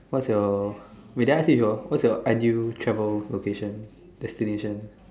what's your wait did I ask you this before where's your ideal travel location destination